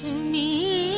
me